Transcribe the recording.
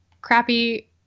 crappy